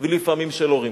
ולפעמים של הורים.